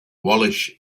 wallis